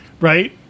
right